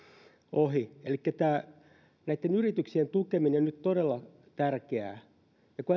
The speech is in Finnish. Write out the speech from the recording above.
elikkä näitten yrityksien tukeminen on nyt todella tärkeää kun